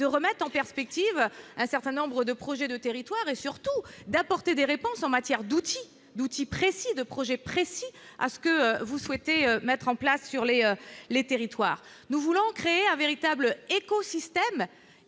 remettre en perspective, un certain nombre de projets de territoire et surtout d'apporter des réponses en matière d'outils d'outils précis de projet précis à ce que vous souhaitez mettre en place sur les les territoires, nous voulons créer un véritable écosystème